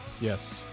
yes